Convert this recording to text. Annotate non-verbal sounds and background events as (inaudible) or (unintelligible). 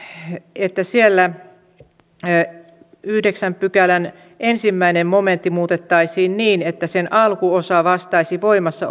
että siellä yhdeksännen pykälän ensimmäinen momentti muutettaisiin niin että sen alkuosa vastaisi voimassa (unintelligible)